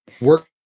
Work